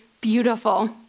beautiful